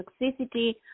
toxicity